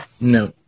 No